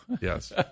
Yes